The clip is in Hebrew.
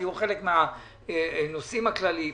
תהיו חלק מן הנושאים הכלליים.